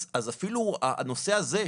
אז אפילו הנושא הזה,